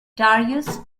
darius